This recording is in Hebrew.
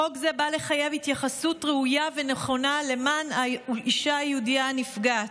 חוק זה בא לחייב התייחסות ראויה ונכונה למען האישה היהודייה הנפגעת.